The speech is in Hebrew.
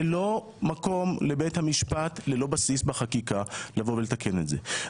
זה לא מקום לבית המשפט ללא בסיס בחקיקה לבוא ולתקן את זה.